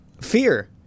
fear